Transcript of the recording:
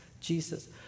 Jesus